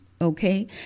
Okay